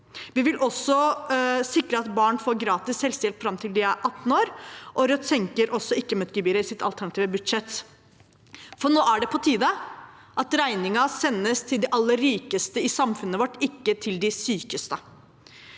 Vi vil sikre at barn får gratis helsehjelp fram til de er 18 år, og Rødt senker også ikke møtt-gebyret i sitt alternative budsjett. Nå er det på tide at regningen sendes til de aller rikeste i samfunnet, ikke til de sykeste.